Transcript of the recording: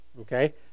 Okay